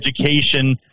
education